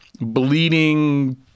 bleeding